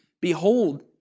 Behold